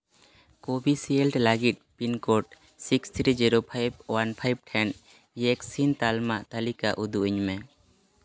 Covishield ᱞᱟᱹᱜᱤᱫ pin code six three zero five one five ᱴᱷᱮᱱ ᱤᱭᱮᱠᱥᱤᱱ ᱛᱟᱞᱢᱟ ᱛᱟᱹᱞᱤᱠᱟ ᱩᱫᱩᱜ ᱤᱧ ᱢᱮ